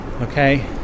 okay